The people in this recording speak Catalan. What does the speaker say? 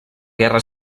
guerra